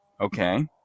okay